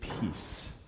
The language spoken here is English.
peace